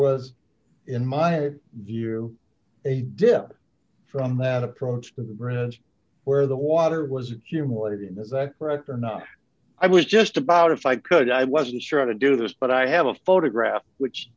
was in my view a different from that approach to where the water was accumulating is that correct or not i was just about if i could i wasn't sure how to do this but i have a photograph which